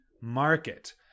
Market